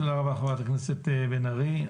תודה רבה, חברת הכנסת בן ארי.